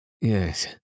Yes